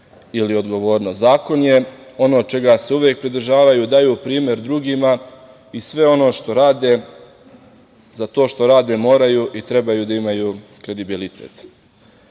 ili odgovornost. Zakon je ono čega se uvek pridržavaju, daju primer drugima i sve ono što rade, za to što rade moraju i trebaju da imaju kredibilitet. Pominjali